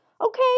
okay